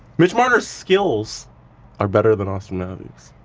mitch marner's skills are better than auston matthews'.